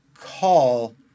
call